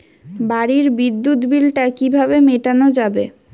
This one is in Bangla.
বাড়ির বিদ্যুৎ বিল টা কিভাবে মেটানো যাবে?